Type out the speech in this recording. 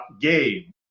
game